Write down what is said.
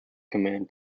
command